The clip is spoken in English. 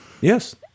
Yes